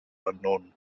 unknown